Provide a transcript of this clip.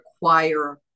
require